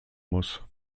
muss